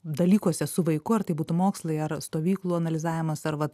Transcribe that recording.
dalykuose su vaiku ar tai būtų mokslai ar stovyklų analizavimas ar vat